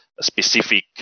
specific